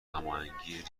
هماهنگی